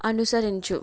అనుసరించు